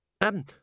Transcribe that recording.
Um